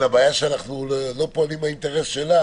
גם אני אנצל את הבמה לברך אותך עם שובך.